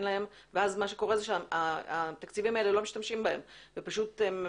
להן ואז מה שקורה זה שלא משתמשים בתקציבים האלה והם נמוגים,